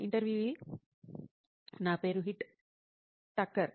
ఇంటర్వ్యూఈ నా పేరు హీట్ ఠక్కర్